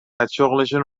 ازشغلشون